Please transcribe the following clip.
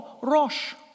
Rosh